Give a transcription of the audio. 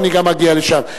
אני גם אגיע לשם.